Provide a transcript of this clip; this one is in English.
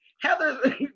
heather